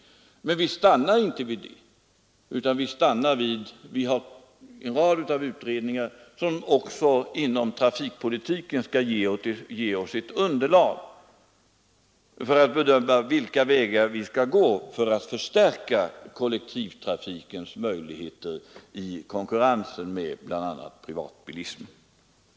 Men vi stannar inte vid det, utan vi har en rad utredningar som också inom trafikpolitiken skall ge oss ett underlag för att bedöma vilka vägar vi skall gå för att förstärka kollektivtrafikens möjligheter i konkurrensen med bl.a. privatbilism. beroende av multinationella företag,